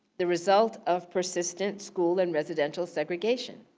the result of persistent school and residental segregation.